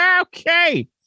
okay